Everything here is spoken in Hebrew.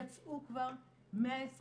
יצאו כבר 128